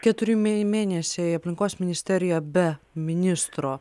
keturi mė mėnesiai aplinkos ministerija be ministro